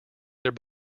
their